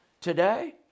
today